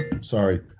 sorry